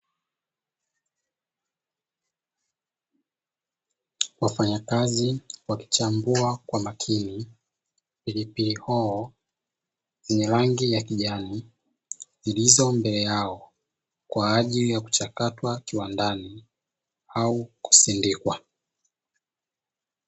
Wafanyakazi wakichambua kwa makini pilipili hoho zenye rangi ya kijani zilizo mbele yao, kwa ajili ya kuchakatwa kiwandani au kusindikwa.